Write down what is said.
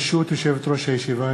ברשות יושבת-ראש הישיבה,